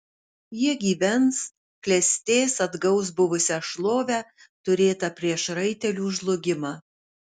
jie gyvens klestės atgaus buvusią šlovę turėtą prieš raitelių žlugimą